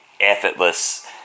effortless